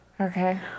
Okay